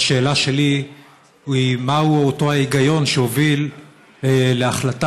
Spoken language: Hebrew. השאלה שלי היא מהו אותו היגיון שהוביל להחלטה